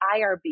IRB